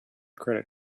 credit